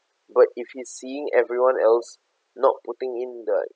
but if he's seeing everyone else not putting in the